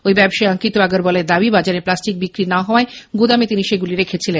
ঐ ব্যবসায়ী অঙ্কিত আগরওয়ালের দাবি বাজারে প্লাস্টিক বিক্রি না হওয়ায় গুদামে সেগুলি তিনি রেখেছিলেন